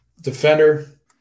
Defender